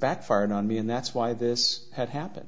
backfired on me and that's why this had happened